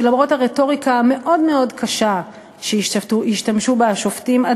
שלמרות הרטוריקה המאוד-מאוד קשה שהשתמשו בה השופטים,